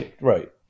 Right